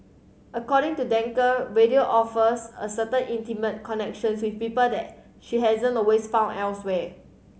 according to Danker radio offers a certain intimate connections with people that she hasn't always found elsewhere